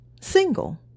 single